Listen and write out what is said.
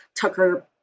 Tucker